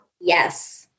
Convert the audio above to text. Yes